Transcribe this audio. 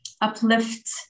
uplift